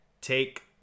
take